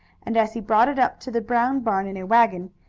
and as he brought it up to the brown barn in a wagon,